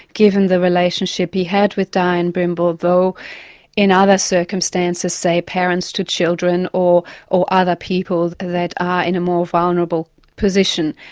given the relationship he had with dianne brimble, though in other circumstances, say parents to children, or or other people ah in a more vulnerable position,